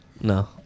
No